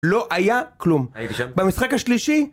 לא היה כלום. הייתי שם. במשחק השלישי...